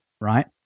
right